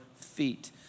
feet